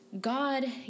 God